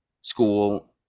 school